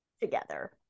together